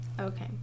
Okay